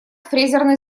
фрезерный